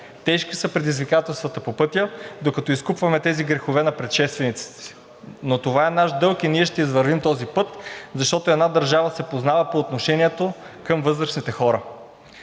Тежки са предизвикателствата по пътя, докато изкупваме тези грехове на предшествениците си, но това е наш дълг и ние ще извървим този път, защото една държава се познава по отношението си към възрастните хора.